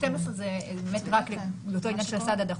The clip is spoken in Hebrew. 12 זה באמת רק לאותו עניין של הסעד הדחוף.